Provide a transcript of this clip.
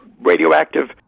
radioactive